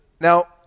Now